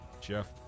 Jeff